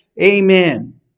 Amen